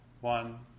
one